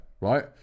right